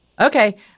Okay